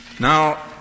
Now